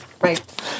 Right